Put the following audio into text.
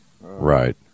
Right